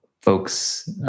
folks